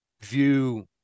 view